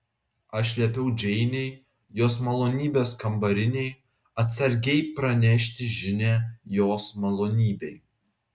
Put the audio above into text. aš liepiau džeinei jos malonybės kambarinei atsargiai pranešti žinią jos malonybei